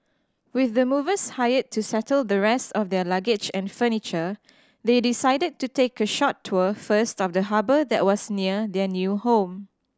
with the movers hired to settle the rest of their luggage and furniture they decided to take a short tour first of the harbour that was near their new home